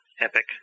epic